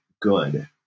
good